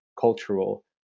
cultural